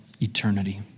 eternity